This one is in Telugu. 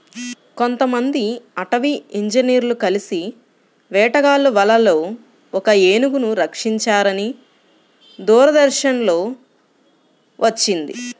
కొంతమంది అటవీ ఇంజినీర్లు కలిసి వేటగాళ్ళ వలలో ఒక ఏనుగును రక్షించారని దూరదర్శన్ లో వచ్చింది